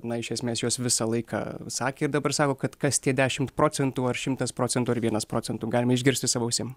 na iš esmės jos visą laiką sakė ir dabar sako kad kas tie dešimt procentų ar šimtas procentų ar vienas procentų galima išgirsti savo ausim